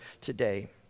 today